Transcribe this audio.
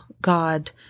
God